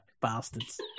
bastards